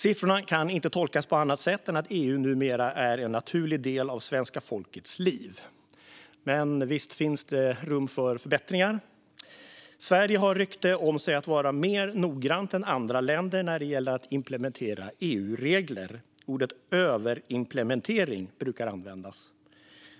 Siffrorna kan inte tolkas på annat sätt än att EU numera är en naturlig del av svenska folkets liv. Men visst finns det ändå rum för förbättringar. Sverige har rykte om sig att vara mer noggrant än andra länder när det gäller att implementera EU-regler. Ordet överimplementering brukar användas.